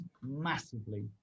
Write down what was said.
massively